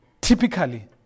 typically